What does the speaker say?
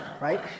right